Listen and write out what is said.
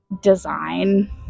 design